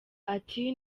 ati